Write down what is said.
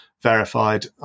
verified